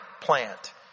plant